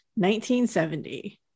1970